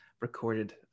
recorded